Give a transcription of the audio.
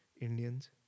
Indians